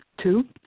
Two